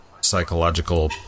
psychological